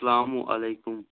اَسَلامُ علیکُم